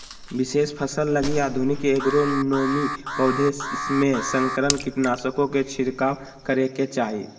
विशेष फसल लगी आधुनिक एग्रोनोमी, पौधों में संकरण, कीटनाशकों के छिरकाव करेके चाही